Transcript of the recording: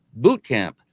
bootcamp